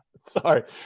Sorry